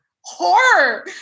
horror